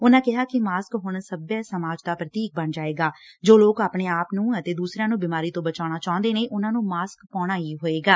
ਉਨੂਾਂ ਕਿਹਾ ਕਿ ਮਾਸਕ ਹੁਣ ਸੱਭਿਅਤ ਸਮਾਜ ਦਾ ਪ੍ਰਤੀਕ ਬਣ ਜਾਏਗਾ ਜੋ ਲੋਕ ਆਪਣੇ ਆਪ ਨੂੰ ਅਤੇ ਦੁਸਰਿਆਂ ਨੂੰ ਬੀਮਾਰੀ ਤੋਂ ਬਚਾਉਣਾ ਚਾਹੁੰਦੇ ਨੇ ਉਨੁਾਂ ਨੂੰ ਮਾਸਕ ਪਾਉਣਾ ਹੀ ਹੋਏਗਾ